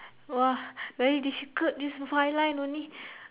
!wah! very difficult this five line only